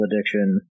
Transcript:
addiction